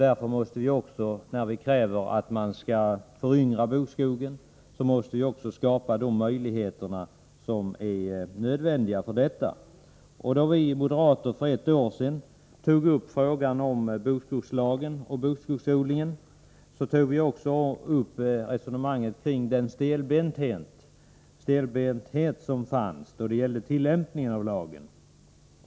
När vi kräver att man skall föryngra ädellövskogen, måste vi också skapa möjligheter för detta. Då vi moderater för ett år sedan tog upp frågan om bokskogslagen och bokskogsodlingen, förde vi också ett resonemang om den stelbenthet som fanns då det gällde tillämpningen av lagen.